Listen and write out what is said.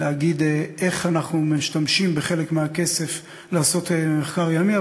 להגיד איך אנחנו משתמשים בחלק מהכסף לעשות מחקר ימי,